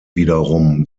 wiederum